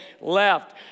left